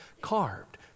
carved